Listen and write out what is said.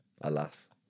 Alas